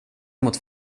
mot